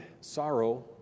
sorrow